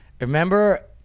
remember